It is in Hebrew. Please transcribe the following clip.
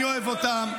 אני אוהב אותם,